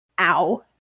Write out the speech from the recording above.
ow